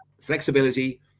flexibility